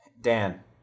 Dan